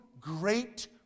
great